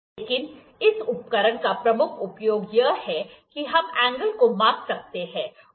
लेकिन इस उपकरण का प्रमुख उपयोग यह है कि हम एंगल को माप सकते हैं